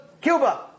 Cuba